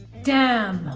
dam.